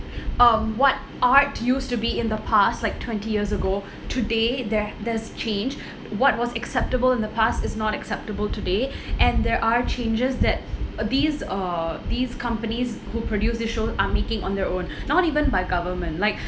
um what art used to be in the past like twenty years ago today there there's change what was acceptable in the past is not acceptable today and there are changes that these uh these companies who produce these shows are making on their own not even by government like